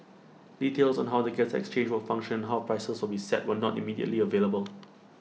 details on how the gas exchange will function and how prices will be set were not immediately available